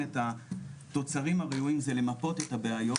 את התוצרים הראויים זה למפות את הבעיות.